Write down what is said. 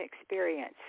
experience